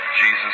jesus